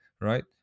right